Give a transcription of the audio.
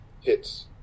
hits